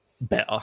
better